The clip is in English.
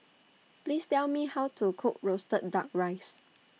Please Tell Me How to Cook Roasted Duck Rice